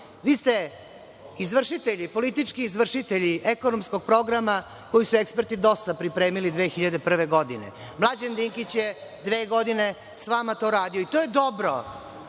Vi ste politički izvršitelji ekonomskog programa koji su eksperti DOS-a pripremili 2001. godine. Mlađan Dinkić je dve godine sa vama to radio i to je dobro.